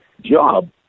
job